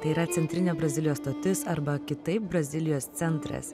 tai yra centrinė brazilijos stotis arba kitaip brazilijos centras